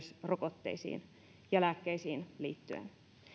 rokotteisiin ja lääkkeisiin liittyen